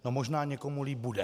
No, možná někomu líp bude.